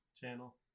channel